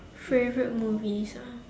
favourite movies ah